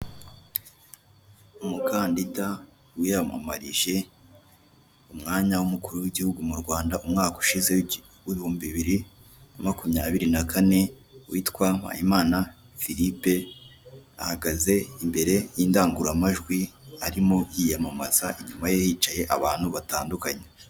Umukandida wiyamamarije umwanya w'umukuru w'igihugu mu Rwanda umwaka ushize ibihumbi bibiri na makumyabiri na kane witwa Mpayimana Philippe ahagaze imbere y'indangururamajwi arimo yiyamamaza, inyuma ye hicaye abantu batandukanye.